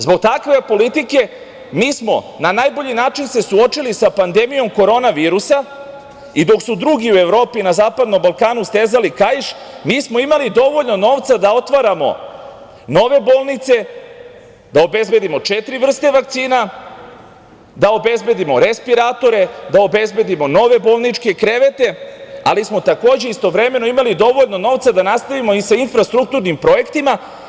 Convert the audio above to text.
Zbog takve politike, mi smo se na najbolji način suočili sa pandemijom korona virusa i dok su drugi u Evropi i na Zapadnom Balkanu stezali kaiš, mi smo imali dovoljno novca da otvaramo nove bolnice, da obezbedimo četiri vrste vakcina, da obezbedimo respiratore, da obezbedimo nove bolničke krevete, ali smo takođe istovremeno imali dovoljno novca da nastavimo i sa infrastrukturnim projektima.